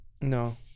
no